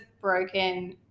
broken